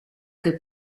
che